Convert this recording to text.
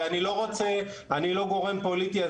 ואני לא גורם פוליטי.